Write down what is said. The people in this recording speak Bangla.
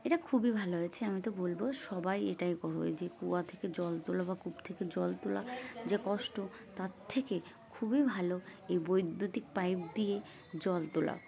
এটা খুবই ভালো হয়েছে আমি তো বলবো সবাই এটাই করবো যে কুয়া থেকে জল তোলা বা কূপ থেকে জল তোলা যে কষ্ট তার থেকে খুবই ভালো এই বৈদ্যুতিক পাইপ দিয়ে জল তোলা